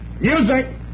Music